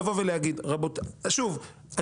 שוב,